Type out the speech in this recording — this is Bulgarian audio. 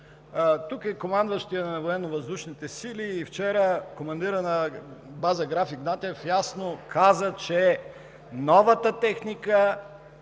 Тук е и командващият на Военновъздушните сили и вчера командирът на база „Граф Игнатиево“ ясно каза, че новата техника